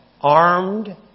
armed